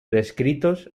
descritos